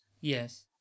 yes